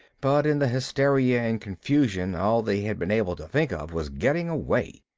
but in the hysteria and confusion all they had been able to think of was getting away.